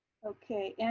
okay